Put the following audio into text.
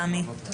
תמי.